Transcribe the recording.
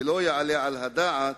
ולא יעלה על הדעת